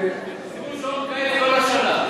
שימו שעון קיץ לכל השנה.